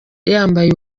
yambaye